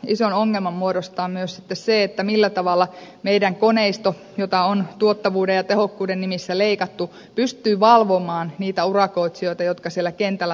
ison ongelman muodostaa myös sitten se millä tavalla meidän koneistomme jota on tuottavuuden ja tehokkuuden nimissä leikattu pystyy valvomaan niitä urakoitsijoita jotka siellä kentällä toimivat